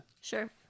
Sure